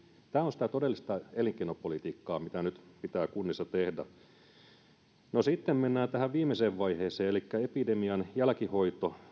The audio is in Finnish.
tämä on sitä todellista elinkeinopolitiikkaa mitä nyt pitää kunnissa tehdä no sitten mennään tähän viimeiseen vaiheeseen elikkä epidemian jälkihoitoon